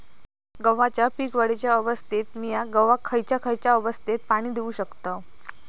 गव्हाच्या पीक वाढीच्या अवस्थेत मिया गव्हाक खैयचा खैयचा अवस्थेत पाणी देउक शकताव?